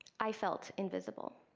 i felt invisible.